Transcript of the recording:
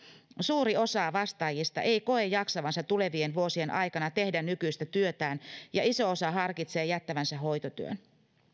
suuri osa vastaajista ei koe jaksavansa tulevien vuosien aikana tehdä nykyistä työtään ja iso osa harkitsee jättävänsä hoitotyön